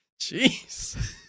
Jeez